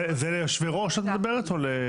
את מדברת על יושבי הראש?